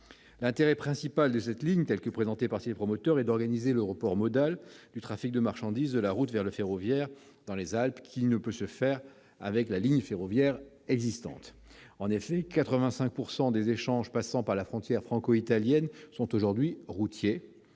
l'intérêt principal de cette ligne est d'organiser le report modal du trafic de marchandises de la route vers le ferroviaire dans les Alpes, qui ne peut se faire avec la ligne ferroviaire existante. En effet, 85 % des échanges passant par la frontière franco-italienne sont aujourd'hui routiers.